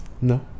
no